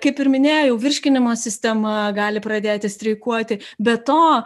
kaip ir minėjau virškinimo sistema gali pradėti streikuoti be to